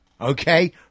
Okay